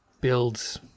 builds